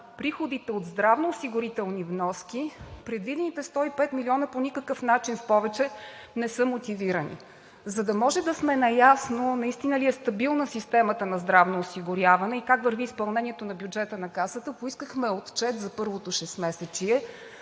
приходите от здравноосигурителни вноски предвидените 105 милиона в повече по никакъв начин не са мотивирани. За да може да сме наясно наистина ли е стабилна системата на здравно осигуряване и как върви изпълнението на бюджета на Касата, поискахме отчет за първото 6-месечие.